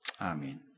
Amen